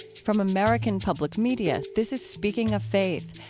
from american public media, this is speaking of faith,